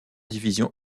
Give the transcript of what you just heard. division